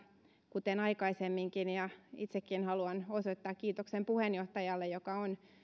kuten aikaisemminkin ja itsekin haluan osoittaa kiitoksen puheenjohtajalle joka on